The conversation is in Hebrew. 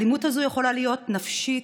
האלימות הזאת יכולה להיות נפשית,